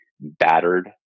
battered